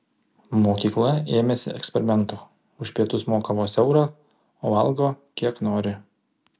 mokykla ėmėsi eksperimento už pietus moka vos eurą o valgo kiek nori